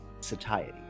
satiety